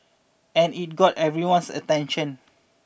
and it got everyone's attention